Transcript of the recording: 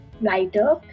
lighter